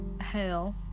hell